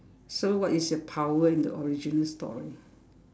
so what is your power and the origin story